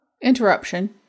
Interruption